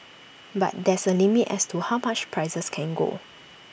but there's A limit as to how much prices can go